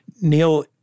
Neil